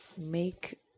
make